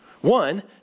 One